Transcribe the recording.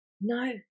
no